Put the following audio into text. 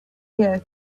here